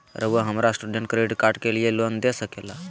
रहुआ हमरा student credit card के लिए लोन दे सके ला?